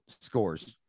scores